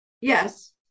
yes